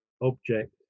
object